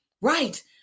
right